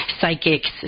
psychics